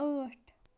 ٲٹھ